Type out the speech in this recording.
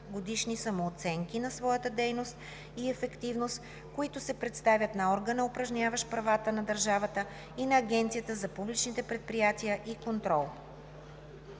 годишни самооценки на своята дейност и ефективност, които се представят на органа, упражняващ правата на държавата и на Агенцията за публичните предприятия и контрол.“